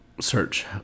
search